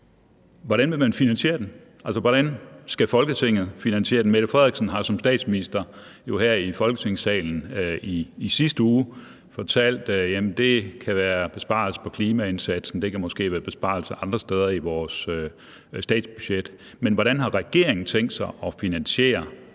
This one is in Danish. Hvordan vil man finansiere den? Hvordan skal Folketinget finansiere den? Statsministeren har jo her i Folketingssalen i sidste uge fortalt, at det kan være via besparelser i klimaindsatsen, det kan måske være via besparelser andre steder i vores statsbudget, men hvordan har regeringen tænkt sig at finansiere